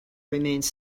remains